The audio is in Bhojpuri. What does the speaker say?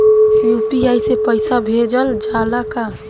यू.पी.आई से पईसा भेजल जाला का?